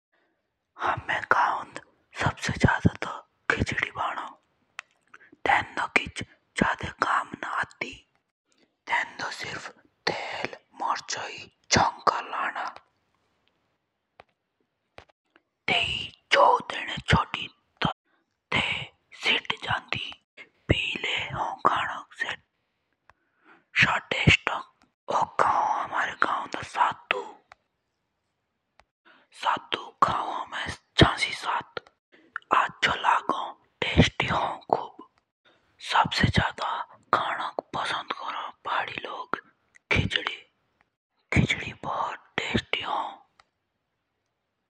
हमारे गवंड सबसे ज्यादा तो खिचड़ी भणो। तेन्दो ज्यादा किच कम ना आती, तेन्दो शिर्फ तेल मर्ची और छोंका लाणा और चौं देना छोड़ि। ओको हौं हमारे गवंड शातु। शातु हामे चनसी साथ कोण। और सबसे ज्यादा खाणोक पसंद करौं खिचड़ी।